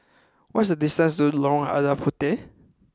what is the distance to Lorong Lada Puteh